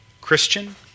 Christian